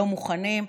לא מוכנים.